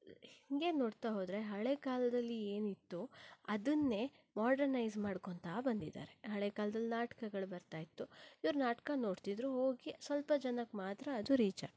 ಹೀಗೆ ನೋಡ್ತಾ ಹೋದರೆ ಹಳೆಕಾಲದಲ್ಲಿ ಏನಿತ್ತೋ ಅದನ್ನೇ ಮೊಡ್ರನೈಸ್ ಮಾಡ್ಕೊಂತ ಬಂದಿದ್ದಾರೆ ಹಳೆಕಾಲದಲ್ಲಿ ನಾಟಕಗಳು ಬರ್ತಾ ಇತ್ತು ಇವರು ನಾಟಕ ನೋಡ್ತಿದ್ರು ಹೋಗಿ ಸ್ವಲ್ಪ ಜನಕ್ಕೆ ಮಾತ್ರ ಅದು ರೀಚ್ ಆಗ್ತಿತ್ತು